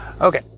Okay